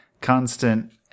constant